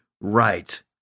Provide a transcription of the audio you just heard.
right